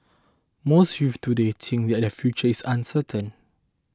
most youths today think that their future is uncertain